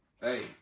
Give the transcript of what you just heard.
hey